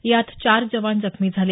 यात चार जवान जखमी झाले